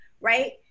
right